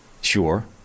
Sure